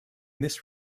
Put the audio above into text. this